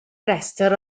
rhestr